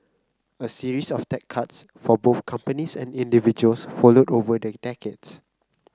a series of tax cuts for both companies and individuals followed over the decades